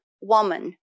woman